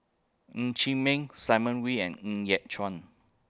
Ng Chee Meng Simon Wee and Ng Yat Chuan